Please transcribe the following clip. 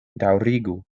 daŭrigu